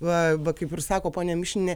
va va kaip ir sako ponia mišinienė